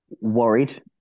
worried